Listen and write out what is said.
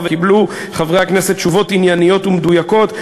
וחברי הכנסת קיבלו תשובות ענייניות ומדויקות,